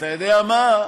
אתה יודע מה?